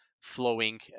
flowing